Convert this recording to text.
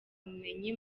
bumenyi